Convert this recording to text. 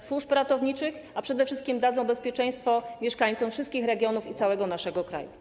służb ratowniczych, a przede wszystkim dadzą bezpieczeństwo mieszkańcom wszystkich regionów, całego naszego kraju.